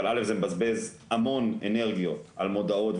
אבל אל"ף,